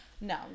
no